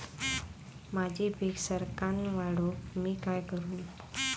माझी पीक सराक्कन वाढूक मी काय करू?